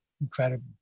incredible